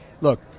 look